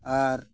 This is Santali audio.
ᱟᱨ